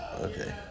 okay